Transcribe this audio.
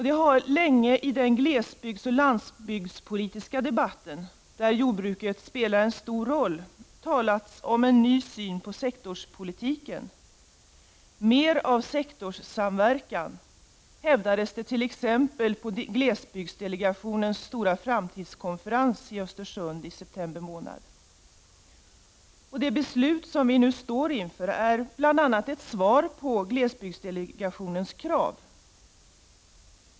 Det har länge i den glesbygdsoch landsbygdspolitiska debatten, där jordbruket spelar en stor roll, talats om en ny syn på sektorspolitiken. Det hävdades t.ex. på glesbygdsdelegationens stora framtidskonferens i Östersund i september att man skulle ha mer sektorssamverkan. Och det beslut som vi nu står inför innebär bl.a. ett svar på glesbygdsdelegationens krav.